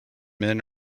men